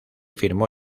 firmó